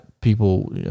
people